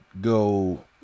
go